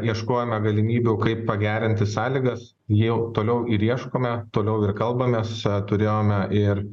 ieškojome galimybių kaip pagerinti sąlygas jau toliau ir ieškome toliau ir kalbamės turėjome ir